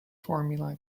formula